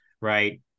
right